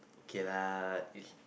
K lah which